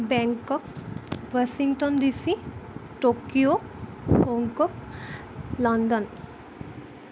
Bangkok Washington DC Tokyo Hong Kong London